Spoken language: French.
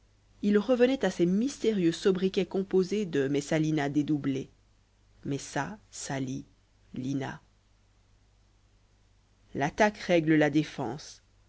ils revenaient à ces mystérieux sobriquets composés de messalina dédoublé messa sali lina l'attaque règle la défense